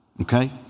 Okay